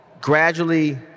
gradually